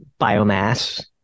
biomass